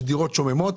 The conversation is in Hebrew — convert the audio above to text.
יש דירות שוממות.